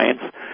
science